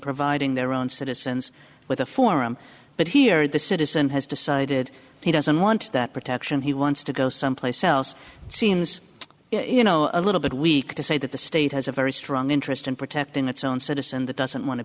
providing their own citizens with a forum but here in the citizen has decided he doesn't want that protection he wants to go someplace else see you know a little bit weak to say that the state has a very strong interest in protecting its own citizens that doesn't want to